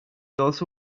also